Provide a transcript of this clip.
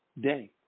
day